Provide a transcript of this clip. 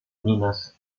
minas